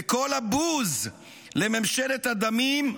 וכל הבוז לממשלת הדמים,